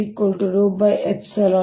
E ρ ε0 ವ್ಯತ್ಯಯವಾಗಿದೆ